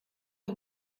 der